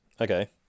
Okay